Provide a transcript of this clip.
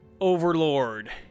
Overlord